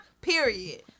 Period